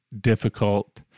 difficult